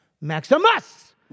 Maximus